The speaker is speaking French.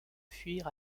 fuir